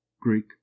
greek